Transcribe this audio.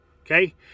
okay